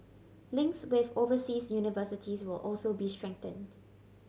links with overseas universities will also be strengthened